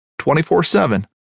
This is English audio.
24-7